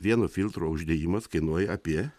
vieno filtro uždėjimas kainuoj apie